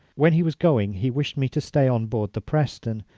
when he was going he wished me to stay on board the preston,